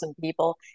people